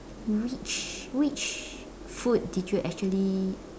which which food did you actually